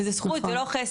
וזה זכות זה לא חסד,